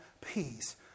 peace